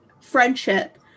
friendship